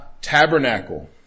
tabernacle